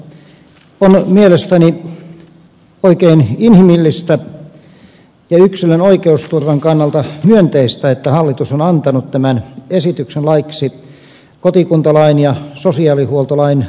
on mielestäni oikein inhimillistä ja yksilön oikeusturvan kannalta myönteistä että hallitus on antanut tämän esityksen laiksi kotikuntalain ja sosiaalihuoltolain muuttamisesta